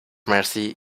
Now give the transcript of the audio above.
mercy